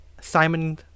Simon